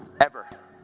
ever.